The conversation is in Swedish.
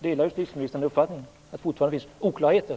Delar justitieministern uppfattningen att det fortfarande finns oklarheter?